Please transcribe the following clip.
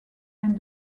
and